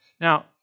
Now